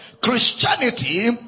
Christianity